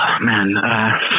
man